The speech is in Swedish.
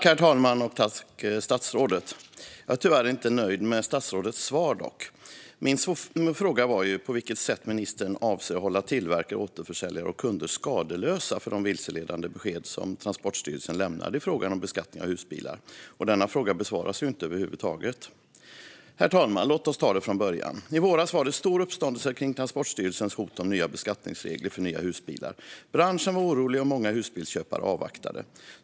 Herr talman! Jag är tyvärr inte nöjd med statsrådets svar. Min fråga var ju på vilket sätt ministern avser att hålla tillverkare, återförsäljare och kunder skadeslösa för de vilseledande besked som Transportstyrelsen lämnade i frågan om beskattning av husbilar. Denna fråga besvaras ju inte över huvud taget. Herr talman! Låt oss ta det från början. I våras var det stor uppståndelse kring Transportstyrelsens hot om nya beskattningsregler för nya husbilar. Branschen var orolig, och många husbilsköpare avvaktade.